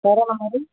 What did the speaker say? సరేనా మరి